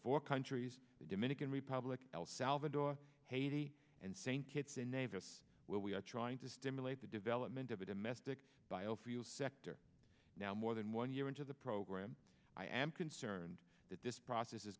four countries the dominican republic el salvador haiti and st kitts and nevis where we are trying to stimulate the development of a domestic biofuel sector now more than one year into the program i am concerned that this process is